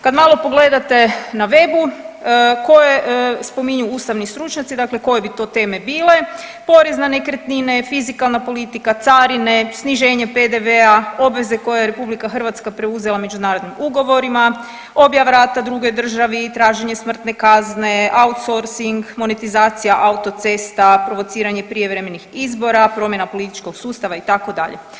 Kad malo pogledate na webu koje spominju ustavni stručnjaci, dakle koje bi to teme bile porez na nekretnine, fizikalna politika, carine, sniženje PDV-a, obveze koje je RH preuzela međunarodnim ugovorima, objava rata drugoj državi, traženje smrtne kazne, outsourcing, monetizacija autocesta, provociranje prijevremenih izbora, promjena političkog sustava itd.